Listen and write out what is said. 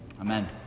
Amen